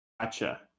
Gotcha